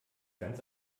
ganz